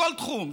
כל תחום.